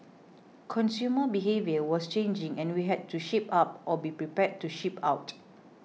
consumer behaviour was changing and we had to shape up or be prepared to ship out